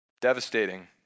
devastating